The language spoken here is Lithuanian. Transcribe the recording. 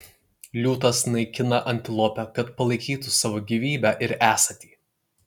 liūtas naikina antilopę kad palaikytų savo gyvybę ir esatį